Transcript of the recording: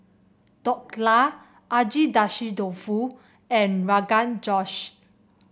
Dhokla Agedashi Dofu and Rogan Josh